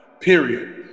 Period